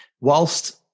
whilst